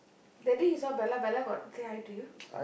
that day you see Bella bella got say hi to you